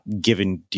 given